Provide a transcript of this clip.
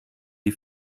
die